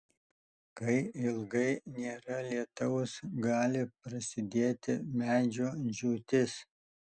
kai ilgai nėra lietaus gali prasidėti medžio džiūtis